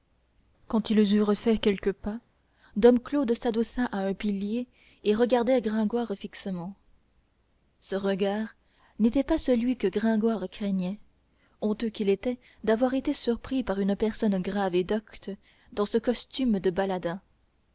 quand ils eurent fait quelques pas dom claude s'adossa à un pilier et regarda gringoire fixement ce regard n'était pas celui que gringoire craignait honteux qu'il était d'avoir été surpris par une personne grave et docte dans ce costume de baladin